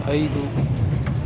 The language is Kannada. ಐದು